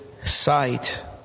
sight